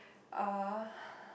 uh